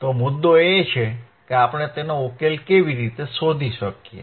તો મુદ્દો એ છે કે આપણે તેનો ઉકેલ કેવી રીતે શોધી શકીએ